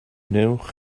wnewch